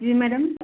जी madam